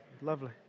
Lovely